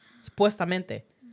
supuestamente